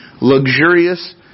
luxurious